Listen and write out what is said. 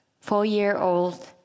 four-year-old